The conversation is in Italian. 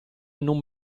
non